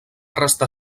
restar